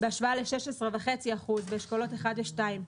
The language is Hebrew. לעומת 16.5% באשכולות 1 ו-2.